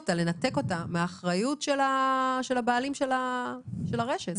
ולנתק אותה מהאחריות של הבעלים של הרשת?